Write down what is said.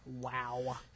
Wow